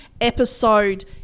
episode